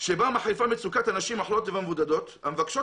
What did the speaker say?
מחריפה מצוקת הנשים החולות והמבודדות המבקשות